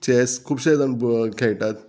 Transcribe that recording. chess खुबशे जाण खेळटात